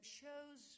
shows